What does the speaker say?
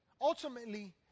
Ultimately